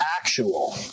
actual